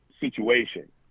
situation